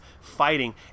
fighting